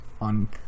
on